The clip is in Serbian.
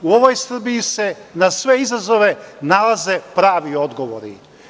U ovoj Srbiji se na sve izazove nalaze pravi odgovori.